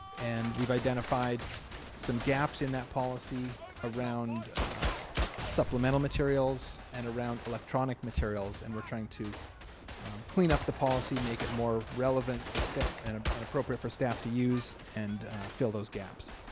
and we've identified some gaps in that policy around supplemental materials and around electronic materials and we're trying to clean up the policy make it more relevant for stem and ah and appropriate for staff to use and fill those gaps.